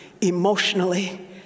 emotionally